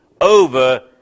over